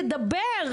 לדבר,